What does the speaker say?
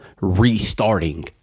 restarting